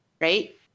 right